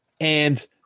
And-